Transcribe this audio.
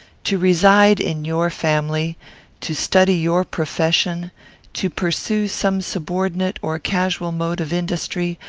to reside in your family to study your profession to pursue some subordinate or casual mode of industry,